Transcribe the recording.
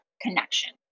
connection